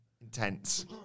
Intense